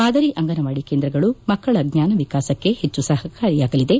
ಮಾದರಿ ಅಂಗನವಾದಿ ಕೇಂದ್ರಗಳು ಮಕ್ಕಳ ಜ್ಞಾನ ವಿಕಾಸಕ್ಕೆ ಹೆಚ್ಚು ಸಹಕಾರಿಯಾಗಲಿದೆ